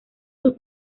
sus